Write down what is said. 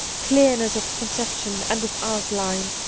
clearness of conception and of out line,